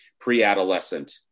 pre-adolescent